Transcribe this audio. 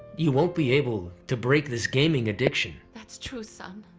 you won't be able to break this gaming addiction. that's true, son.